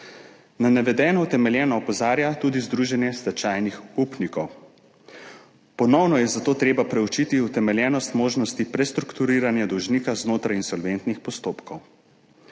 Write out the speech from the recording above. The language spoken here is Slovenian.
Na navedeno utemeljeno opozarja tudi Združenje stečajnih upnikov. Ponovno je zato treba preučiti utemeljenost možnosti prestrukturiranja dolžnika znotraj insolventnih postopkov.